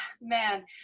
man